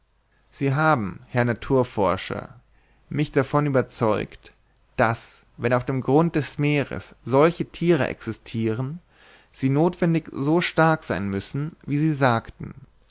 sie haben herr naturforscher mich davon überzeugt daß wenn auf dem grund des meeres solche thiere existiren sie nothwendig so stark sein müssen wie sie sagten